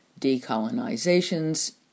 Decolonizations